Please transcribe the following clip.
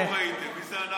איפה ראיתם?